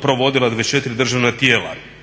provodila 24 državna tijela.